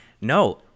no